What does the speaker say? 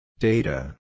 Data